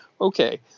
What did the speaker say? okay